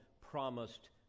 promised